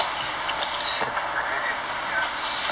!wah! eight earlier than me sia